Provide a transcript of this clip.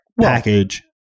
package